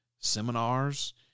seminars